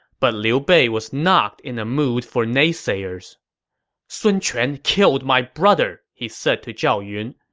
but liu bei was not in a mood for naysayers sun quan killed my brother, he said to zhao yun.